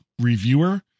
reviewer